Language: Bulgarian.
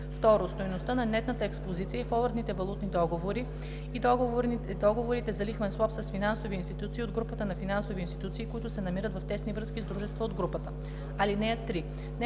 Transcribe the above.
2. стойността на нетната експозиция по форуърдните валутни договори и договорите за лихвен суап с финансови институции от групата и финансови институции, които се намират в тесни връзки с дружества от групата. (3)